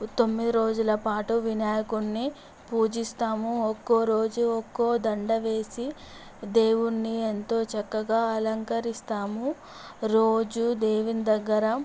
తొమ్మిది రోజుల పాటు వినాయకుడిని పూజిస్తాము ఒక్కో రోజు ఒక్కో దండ వేసి దేవుడ్ని ఎంతో చక్కగా అలంకరిస్తాము రోజూ దేవుని దగ్గర